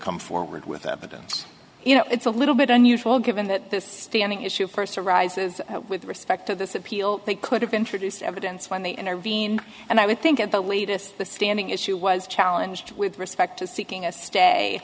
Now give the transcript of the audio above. come forward with evidence you know it's a little bit unusual given that this standing issue first arises with respect to this appeal they could have introduced evidence when they intervened and i would think at the latest the standing issue was challenge with respect to seeking a stay